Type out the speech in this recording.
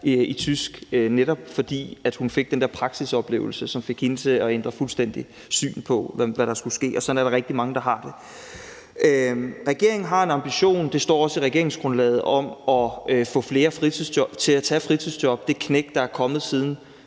altså netop fordi hun fik den der praksisoplevelse, som fik hende til fuldstændig at ændre syn på, hvad der skulle ske. Og sådan er der rigtig mange der har det. Regeringen har en ambition – det står også i regeringsgrundlaget – om at få flere til at tage fritidsjob. Det knæk, der er kommet siden